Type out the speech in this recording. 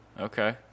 Okay